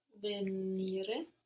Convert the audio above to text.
Venire